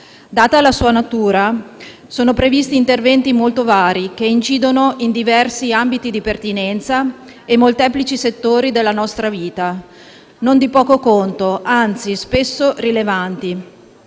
Data la sua natura, sono previsti interventi molto vari che incidono in diversi ambiti di pertinenza e in molteplici settori della nostra vita, non di poco conto, anzi spesso rilevanti.